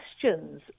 questions